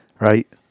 right